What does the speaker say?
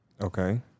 Okay